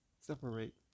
separate